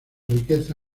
riqueza